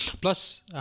plus